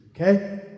Okay